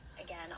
Again